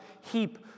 heap